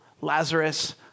Lazarus